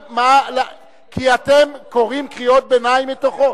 כי אתם קוראים קריאות ביניים מתוכו.